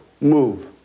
move